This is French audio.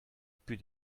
plus